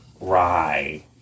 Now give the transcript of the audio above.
Rye